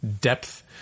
depth